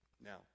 now